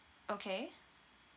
okay